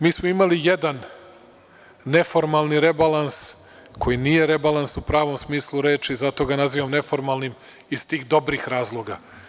Mi smo imali jedan neformalni rebalans koji nije rebalans u pravom smislu reči, zato ga nazivam neformalnim iz tih dobrih razloga.